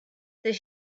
that